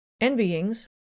envyings